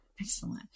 Excellent